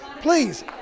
Please